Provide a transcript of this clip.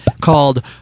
called